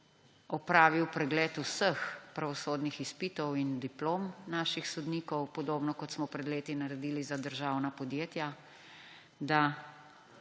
opravil pregled vseh pravosodnih izpitov in diplom naših sodnikov, podobno kot smo pred leti naredili za državna podjetja, da